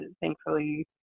thankfully